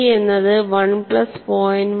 g എന്നത് 1 plus 0